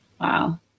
Wow